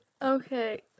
Okay